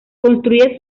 construye